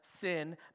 sin